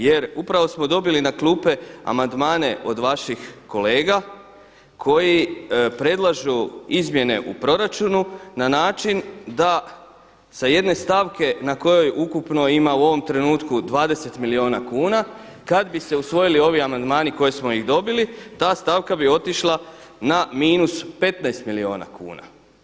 Jer upravo smo dobili na klupe amandmane od vaši kolega koji predlažu izmjene u proračunu na način da sa jedne stavke na kojoj upravo ima u ovom trenutku 20 milijuna kuna, kada bi se usvojili ovi amandmani koje smo dobili ta stavka bi otišla na minus 15 milijuna kuna.